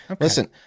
Listen